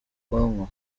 bwoko